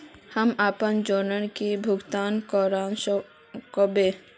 हम अपना योजना के भुगतान केना करबे?